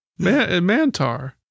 Mantar